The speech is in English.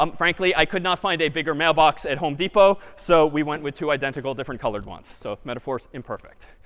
um frankly, i could not find a bigger mailbox at home depot, so we went with two identical different colored ones. so metaphor is imperfect.